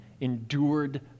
endured